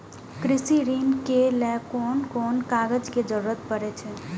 कृषि ऋण के लेल कोन कोन कागज के जरुरत परे छै?